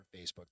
Facebook